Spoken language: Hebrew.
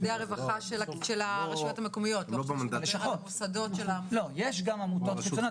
יש גם עמותות חיצוניות,